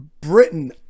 Britain